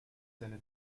seine